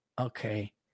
okay